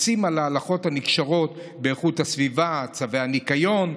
קבצים על ההלכות הנקשרות באיכות הסביבה וצווי הניקיון,